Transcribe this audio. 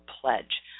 pledge